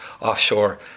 offshore